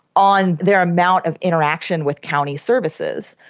on their amount of interaction with county services.